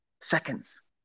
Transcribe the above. Seconds